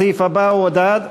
הסעיף הבא הוא הודעות